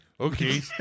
Okay